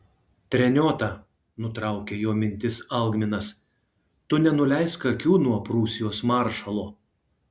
treniota nutraukė jo mintis algminas tu nenuleisk akių nuo prūsijos maršalo